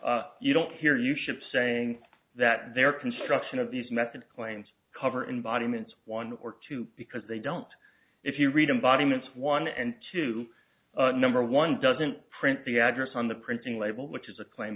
t you don't hear you ship saying that their construction of these methods claims cover environments one or two because they don't if you read embodiments one and two number one doesn't print the address on the printing label which is a claim